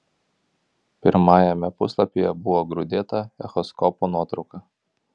pirmajame puslapyje buvo grūdėta echoskopo nuotrauka